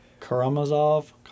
Karamazov